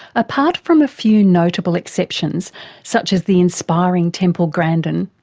apart from a few notable exceptions such as the inspiring temple grandin,